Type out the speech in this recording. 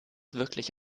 wirklich